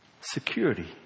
Security